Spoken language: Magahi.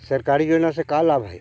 सरकारी योजना से का लाभ है?